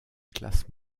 classe